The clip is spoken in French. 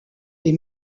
les